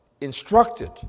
instructed